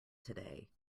today